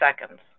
seconds